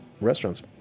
restaurants